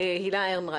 הילה אנרייך,